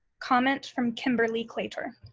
comment from kimberly claytor.